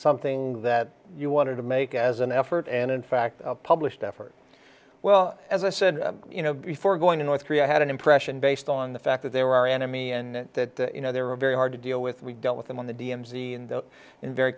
something that you wanted to make as an effort and in fact published effort well as i said you know before going to north korea i had an impression based on the fact that they were our enemy and that you know they were very hard to deal with we dealt with them on the d m z and in very